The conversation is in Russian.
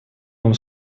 вам